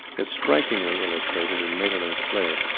is strikingly illustrated in maeterlinck's plays.